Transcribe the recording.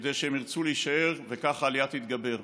כדי שהם ירצו להישאר, וכך העלייה תתגבר.